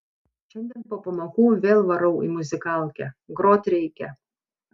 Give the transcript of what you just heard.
šiandien po pamokų vėl varau į muzikalkę grot reikia